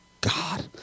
God